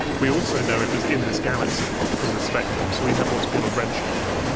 we also know it was in this galaxy, from the spectrum, so we have what's called a red shift,